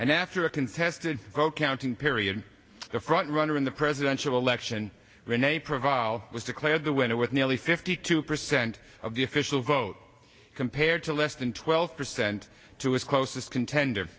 and after a contested vote counting period the front runner in the presidential election renee provide was declared the winner with nearly fifty two percent of the official vote compared to less than twelve percent to its closest contender